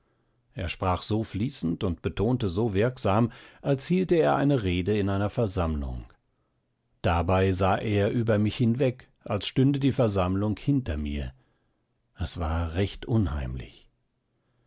er sprach so fließend und betonte so wirksam als hielte er eine rede in einer versammlung dabei sah er über mich hinweg als stünde die versammlung hinter mir es war recht unheimlich